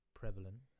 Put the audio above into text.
prevalent